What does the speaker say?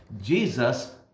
Jesus